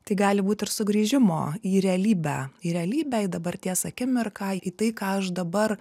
tai gali būt ir sugrįžimo į realybę į realybę į dabarties akimirką į tai ką aš dabar